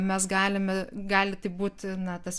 mes galime gali tai būti na tas